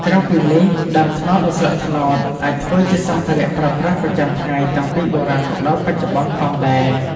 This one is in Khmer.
ក្រៅពីនេះដើមត្នោតនិងស្លឹកត្នោតអាចធ្វើជាសម្ភារៈប្រើប្រាសប្រចាំថ្ងៃតាំងពីបុរាណមកដល់បច្ចុប្បន្នផងដែរ។